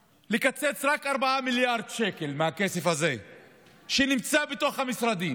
עכשיו 77 מיליון שקל תמיכה בתרבות, זה חשוב?